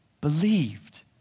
believed